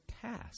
task